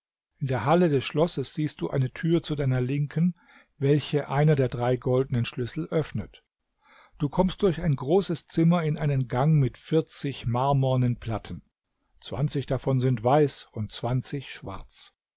in der halle des schlosses siehst du eine tür zu deiner linken welche einer der drei goldenen schlüssel öffnet du kommst durch ein großes zimmer in einen gang mit vierzig marmornen platten zwanzig davon sind weiß und zwanzig schwarz